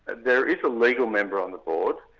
and there is a legal member on the board,